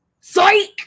Psych